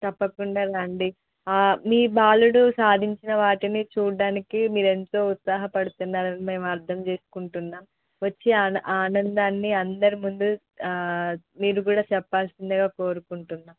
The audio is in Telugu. తప్పకుండా రండి మీ బాలుడు సాధించిన వాటిని చూడడానికి మీరు ఎంతో ఉత్సాహపడుతున్నారని మేము అర్ధం చేసుకుంటున్నా వచ్చి ఆనందాన్ని అందరి ముందు మీరు కూడా చెప్పాల్సిందిగా కోరుకుంటున్నా